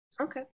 Okay